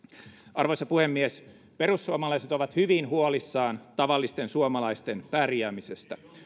arvoisa puhemies perussuomalaiset ovat hyvin huolissaan tavallisten suomalaisten pärjäämisestä